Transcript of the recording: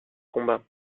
combat